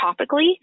topically